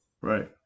Right